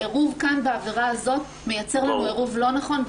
העירוב כאן בעבירה הזאת מייצר לנו עירוב לא נכון,